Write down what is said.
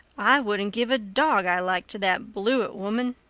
i wouldn't give a dog i liked to that blewett woman,